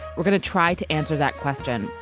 we're going to try to answer that question,